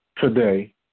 today